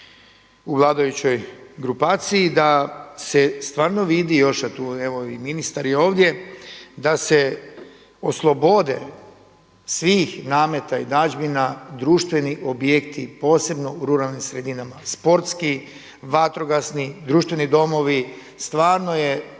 u vladajućoj grupaciji da se stvarno vidi još a tu evo i ministar je ovdje da se oslobode svih nameta i …/Govornik se ne razumije./… društveni objekti posebno u ruralnim sredinama, sportski, vatrogasni, društveni domovi. Stvarno je